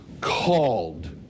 called